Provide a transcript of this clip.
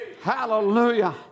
Hallelujah